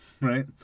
right